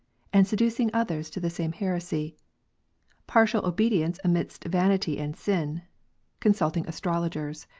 and seducing others to the same heresy partial obedience amidst vanity and sin consulting astrologers,